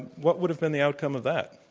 what would have been the outcome of that?